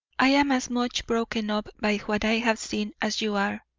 i am as much broken up by what i have seen as you are.